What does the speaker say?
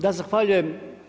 Da, zahvaljujem.